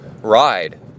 Ride